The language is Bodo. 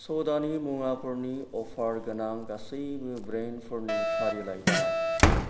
सदानि मुवाफोरनि अफार गोनां गासैबो ब्रेन्डफोरनि फारिलाइ बानाय